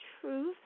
truth